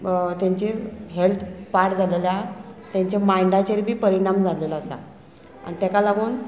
तेंचें हेल्थ पाड जालेल्लें आहा तेंचे मायंडाचेर बी परिणाम जाल्लेलो आसा आनी तेका लागून